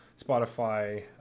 Spotify